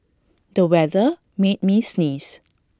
the weather made me sneeze